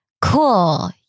cool